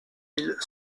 mille